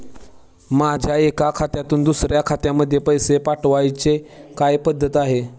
माझ्या एका खात्यातून दुसऱ्या खात्यामध्ये पैसे पाठवण्याची काय पद्धत आहे?